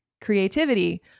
creativity